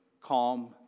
calm